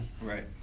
Right